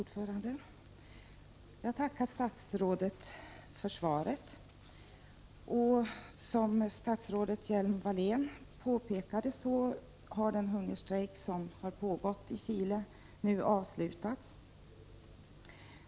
Fru talman! Jag tackar statsrådet för svaret. Som statsrådet Hjelm-Wallén påpekade har den hungerstrejk som har pågått i Chile nu avslutats.